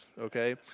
okay